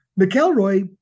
McElroy